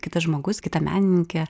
kitas žmogus kita menininkė